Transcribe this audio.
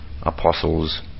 apostles